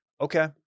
Okay